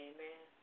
Amen